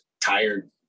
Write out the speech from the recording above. Tired